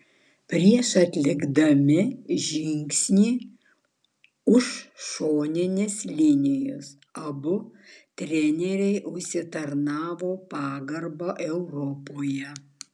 prieš atlikdami žingsnį už šoninės linijos abu treneriai užsitarnavo pagarbą europoje